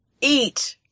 eat